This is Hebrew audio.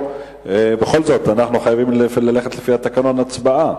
בכל זאת, אנחנו חייבים ללכת לפי תקנון ההצבעה,